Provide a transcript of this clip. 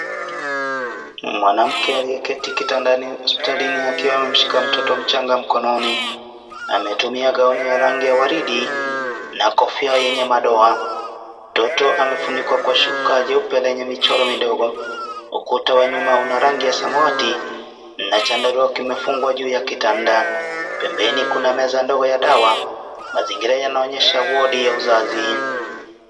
Mwanamke aliyeketi kitandani hospitalini akiwa amemshika mtoto mchanga mkononi ametumia gaoni ya rangi waridi na kofia yenye madoa. Mtoto amefunikwa kwa shuka jeupe lenye michoro midogo ukuta wa nyuma una rangi ya samawati na chandarua kimefungwa juu ya kitanda. Pembeni kuna meza ndogo ya dawa mazingira yanaonyesha wodi ya uzazi.